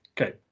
Okay